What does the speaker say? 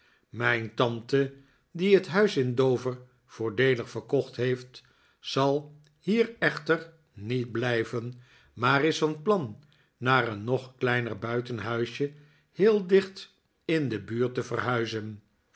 verkocht heeft zal hier echter niet blijven maar is van plan naar een nog kleiner buitenhuisje heel dicht in de buurt te verhuizen